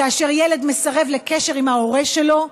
כאשר ילד מסרב לקשר עם ההורה שלו,